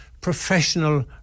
professional